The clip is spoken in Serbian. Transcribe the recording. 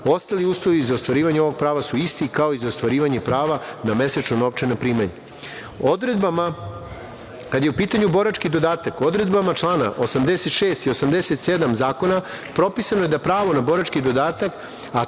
Ostali uslovi za ostvarivanje ovog prava su isti kao i za ostvarivanje prava na mesečna novčana primanja. Kada je u pitanju borački dodatak, odredbama člana 86. i 87. Zakona pripisano je da pravo na borački dodatak,